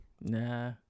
Nah